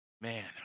man